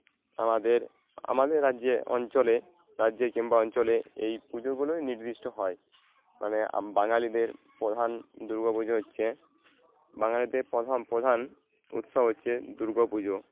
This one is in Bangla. আমাদের আমাদের রাজ্যে অঞ্চলে রাজ্যে কিংবা অঞ্চলে এই পুজোগুলোই নির্দিষ্ট হয় মানে বাঙালিদের প্রধান দুর্গা পুজো হচ্ছে বাঙালিদের পধ প্রধান উৎসব হচ্ছে দুর্গা পুজো